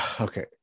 okay